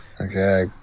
Okay